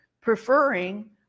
preferring